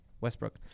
Westbrook